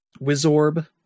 Wizorb